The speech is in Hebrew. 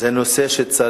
זה נושא שאתה